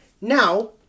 Now